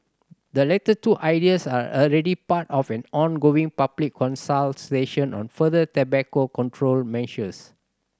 the latter two ideas are already part of an ongoing public consultation on further tobacco control measures